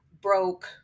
broke